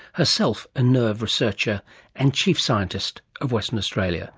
herself a nerve researcher and chief scientist of western australia